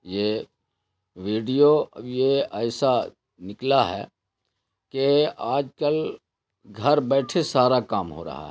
یہ ویڈیو یہ ایسا نکلا ہے کہ آج کل گھر بیٹھے سارا کام ہو رہا ہے